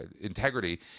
integrity